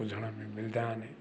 ॿुधण में मिलंदा आहिनि